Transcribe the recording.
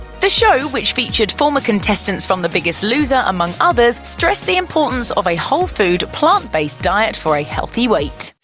the show, which featured former contestants from the biggest loser, among others, stressed the importance of a whole-food, plant-based diet for a healthy weight.